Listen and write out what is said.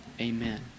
Amen